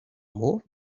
more